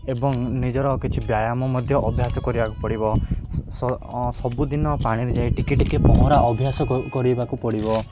ଏବଂ ନିଜର କିଛି ବ୍ୟାୟାମ ମଧ୍ୟ ଅଭ୍ୟାସ କରିବାକୁ ପଡ଼ିବ ସ ସବୁଦିନ ପାଣିରେ ଯାଇ ଟିକେ ଟିକେ ପହଁରା ଅଭ୍ୟାସ କ କରିବାକୁ ପଡ଼ିବ